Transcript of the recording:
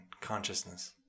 consciousness